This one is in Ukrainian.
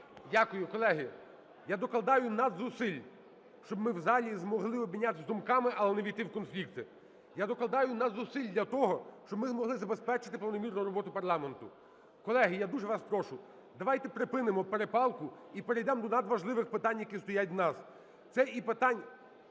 Дякую. Колеги, я докладаю надзусиль, щоб ми в залі змогли обмінятись думками, але не увійти в конфлікти. Я докладаю надзусиль для того, щоб ми змогли забезпечити планомірну роботу парламенту. Колеги, я дуже вас прошу, давайте припинимо перепалку і перейдемо до надважливих питань, які стоять в нас.